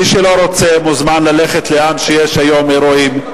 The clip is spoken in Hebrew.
מי שלא רוצה, מוזמן ללכת לאן שיש היום אירועים.